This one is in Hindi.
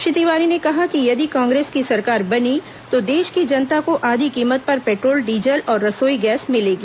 श्री तिवारी ने कहा कि यदि कांग्रेस की सरकार बनी तो देश की जनता को आधी कीमत पर पेट्रोल डीजल और रसोई गैस मिलेगी